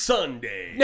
Sunday